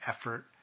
effort